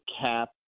cap